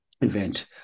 event